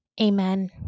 Amen